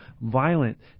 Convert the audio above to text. violent